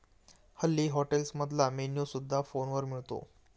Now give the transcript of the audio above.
हल्ली हॉटेल्समधला मेन्यू सुद्धा फोनवर मिळतो